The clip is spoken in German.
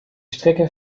strecke